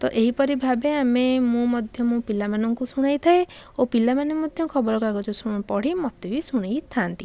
ତ ଏହିପରି ଭାବେ ଆମେ ମୁଁ ମଧ୍ୟ ମୋ ପିଲାମାନଙ୍କୁ ଶୁଣାଇଥାଏ ଓ ପିଲାମାନେ ମଧ୍ୟ ଖବରକାଗଜ ଶୁ ପଢ଼ି ମୋତେ ବି ଶୁଣେଇଥାନ୍ତି